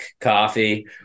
coffee